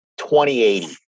2080